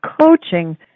coaching